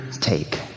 take